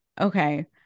Okay